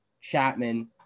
Chapman